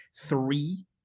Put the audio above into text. three